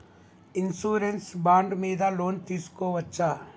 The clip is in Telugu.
ఇన్సూరెన్స్ బాండ్ మీద లోన్ తీస్కొవచ్చా?